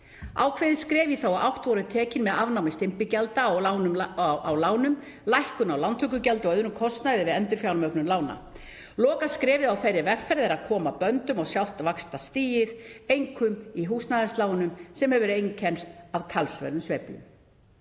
Ákveðin skref í þá átt voru tekin með afnámi stimpilgjalda á lánum, lækkun á lántökugjaldi og öðrum kostnaði við endurfjármögnun lána. Lokaskrefið á þeirri vegferð er að koma böndum á sjálft vaxtastigið, einkum í húsnæðislánum, sem hefur einkennst af talsverðum sveiflum.